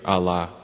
Allah